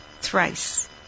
thrice